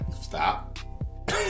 stop